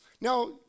Now